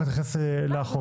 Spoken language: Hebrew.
להתייחס לחוק.